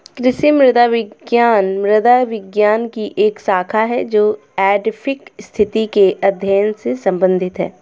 कृषि मृदा विज्ञान मृदा विज्ञान की एक शाखा है जो एडैफिक स्थिति के अध्ययन से संबंधित है